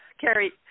Carrie